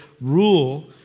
rule